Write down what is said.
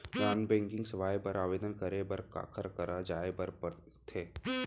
non banking सेवाएं बर आवेदन करे बर काखर करा जाए बर परथे